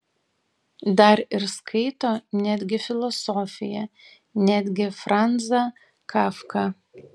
dar ir skaito netgi filosofiją netgi franzą kafką